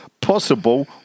Possible